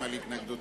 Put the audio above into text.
שלישית, דמי הבראה.